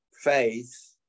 faith